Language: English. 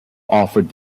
offered